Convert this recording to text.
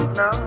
no